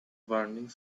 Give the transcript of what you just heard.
burning